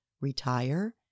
retire